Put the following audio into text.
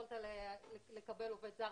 יכולת לקבל עובד זר.